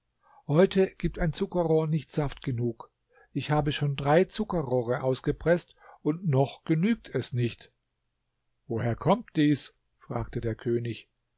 heute gibt ein zuckerrohr nicht saft genug ich habe schon drei zuckerrohre ausgepreßt und noch genügt es nicht woher kommt dies fragte der könig